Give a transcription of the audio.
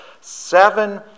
seven